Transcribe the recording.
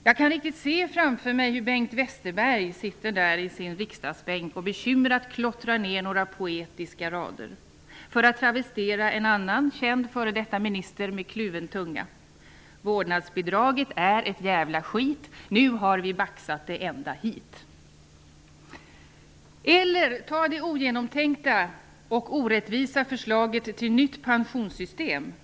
Jag kan riktigt se framför mig hur Bengt Westerberg sitter i sin riksdagsbänk och bekymrat klottrar ner några poetiska rader för att travestera en annan känd före detta minister med kluven tunga: Vårdnadsbidraget är ett djävla skit. Nu har vi baxat det ända hit. Man kan också ta det ogenomtänkta och orättvisa förslaget till nytt pensionssystem som exempel.